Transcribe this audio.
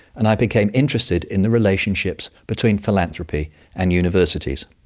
and i became interested in the relationships between philanthropy and universities.